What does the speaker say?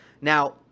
Now